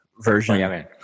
version